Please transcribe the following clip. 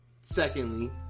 Secondly